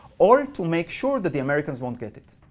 or to make sure that the americans won't get it.